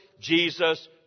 Jesus